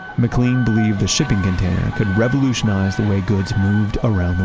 mclean believed the shipping container could revolutionize the way goods moved around